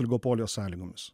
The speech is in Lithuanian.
oligopolijos sąlygomis